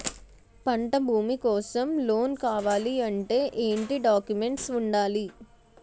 పంట భూమి కోసం లోన్ కావాలి అంటే ఏంటి డాక్యుమెంట్స్ ఉండాలి?